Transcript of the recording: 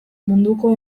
munduko